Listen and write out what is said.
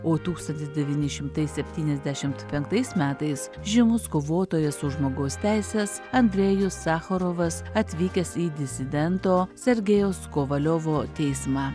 o tūkstantis devyni šimtai septyniasdešimt penktais metais žymus kovotojas už žmogaus teises andrejus sacharovas atvykęs į disidento sergejaus kovaliovo teismą